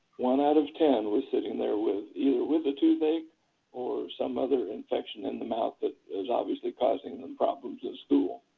one out of ten was sitting there either with a toothache or some other infection in the mouth that was obviously causing them problems at school.